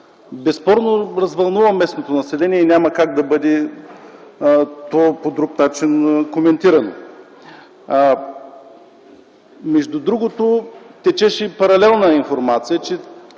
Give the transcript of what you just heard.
които развълнуваха местното население. Няма как да бъде по друг начин коментирано. Между другото, течеше паралелна информация, че